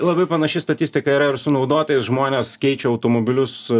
labai panaši statistika yra ir su naudotais žmonės keičia automobilius